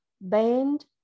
band